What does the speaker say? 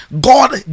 God